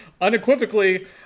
unequivocally